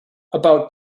about